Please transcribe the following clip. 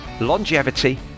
longevity